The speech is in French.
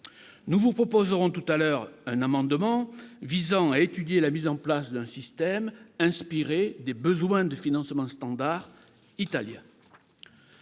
nous vous proposerons tout à l'heure, un amendement visant à étudier la mise en place d'un système inspiré des besoins de financement standard italien